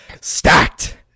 stacked